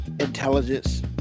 Intelligence